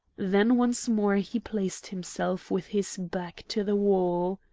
then once more he placed himself with his back to the wall.